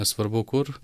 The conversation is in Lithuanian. nesvarbu kur